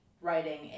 writing